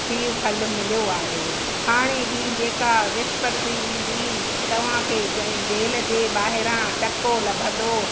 हीउ फल मिलियो आहे हाणे ई जेका विसपति ईंदी तव्हांखे जे जेल जे ॿाहिरां टको लभंदो